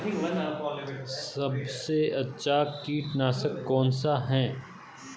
सबसे अच्छा कीटनाशक कौनसा है?